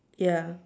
ya